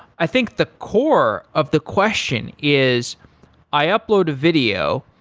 i think the core of the question is i upload a video,